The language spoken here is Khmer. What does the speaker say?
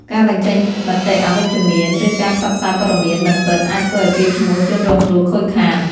ការបញ្ចេញមតិអវិជ្ជមាន ឬការផ្សព្វផ្សាយព័ត៌មានមិនពិតអាចធ្វើឲ្យកេរ្តិ៍ឈ្មោះជនរងគ្រោះខូចខាត។